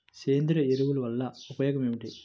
సేంద్రీయ ఎరువుల వల్ల ఉపయోగమేమిటీ?